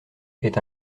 est